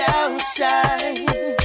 outside